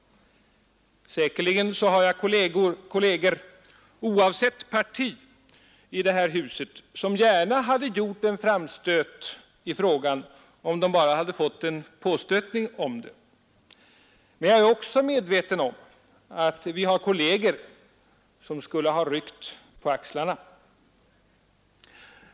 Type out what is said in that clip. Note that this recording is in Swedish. Säkerligen har jag kolleger oavsett parti i detta hus som gärna hade gjort en framstöt i frågan, om de bara hade fått en påstötning om det. Men jag är också medveten om att vi har kolleger som skulle ha ryckt på axlarna.